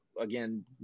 again